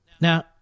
Now